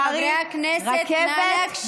חברי הכנסת, נא להקשיב.